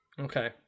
Okay